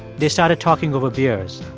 they started talking over beers.